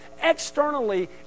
externally